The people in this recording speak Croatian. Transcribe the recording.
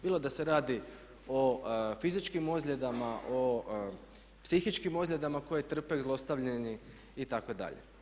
Bilo da se radi o fizičkim ozljedama, o psihičkim ozljedama koje trpe zlostavljeni itd.